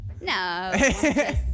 No